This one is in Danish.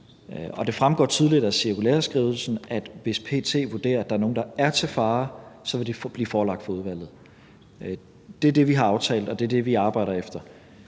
det fremgår tydeligt af cirkulæreskrivelsen, at hvis PET vurderer, at der er nogen, der er til fare, så vil de blive forelagt for udvalget. Det er det, vi har aftalt, og det er det, vi arbejder efter.